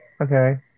Okay